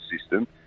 system